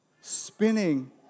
spinning